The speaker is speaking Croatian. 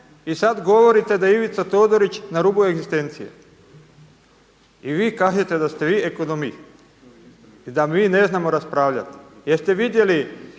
i sad govorite da Ivica Todorić na rubu egzistencije. I vi kažete da ste vi ekonomist i da mi ne znamo raspravljati. Jeste vidjeli